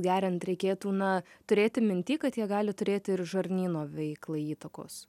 geriant reikėtų na turėti minty kad jie gali turėti ir žarnyno veiklai įtakos